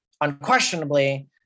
unquestionably